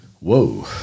Whoa